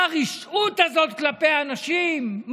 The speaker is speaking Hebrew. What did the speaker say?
מה הרשעות הזאת כלפי אנשים?